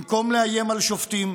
במקום לאיום על שופטים,